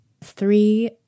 Three